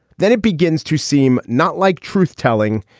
then it begins to seem not like truth-telling